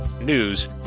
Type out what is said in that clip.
news